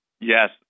Yes